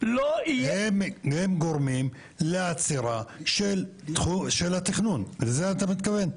הם גורמים לעצירה של התכנון, לזה אתה מתכוון?